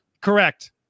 Correct